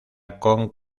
con